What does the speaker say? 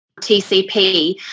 TCP